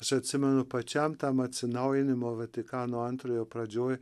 aš atsimenu pačiam tam atsinaujinimo vatikano antrojo pradžioj